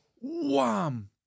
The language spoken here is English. Wham